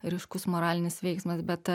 ryškus moralinis veiksmas bet